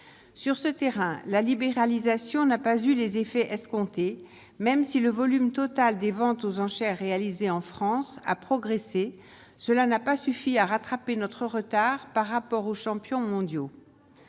sur ce terrain, la libéralisation n'a pas eu les effets escomptés, même si le volume total des ventes aux enchères réalisée en France a progressé, cela n'a pas suffi à rattraper notre retard par rapport aux champions mondiaux